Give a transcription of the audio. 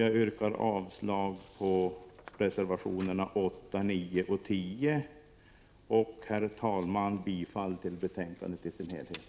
Jag yrkar avslag på reservation nr 8, 9 och 10 och bifall till utskottets förslag i sin helhet.